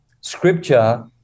scripture